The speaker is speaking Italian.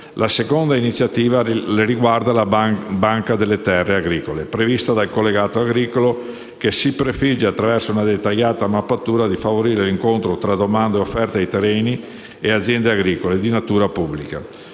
La seconda iniziativa riguarda la Banca delle terre agricole, prevista dal cosiddetto collegato agricolo, che si prefigge, attraverso una dettagliata mappatura, di favorire l'incontro tra domanda e offerta dei terreni e delle aziende agricole di natura pubblica.